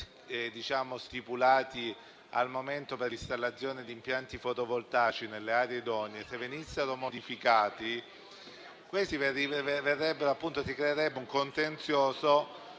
stipulati finora per l'installazione di impianti fotovoltaici nelle aree idonee verrebbero modificati e si creerebbe un contenzioso